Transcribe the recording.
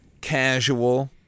casual